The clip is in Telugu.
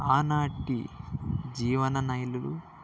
ఆనాటి జీవన శైలులు